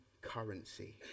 currency